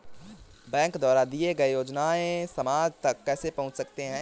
Bank द्वारा दिए गए योजनाएँ समाज तक कैसे पहुँच सकते हैं?